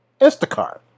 Instacart